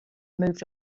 moved